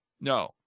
No